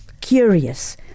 curious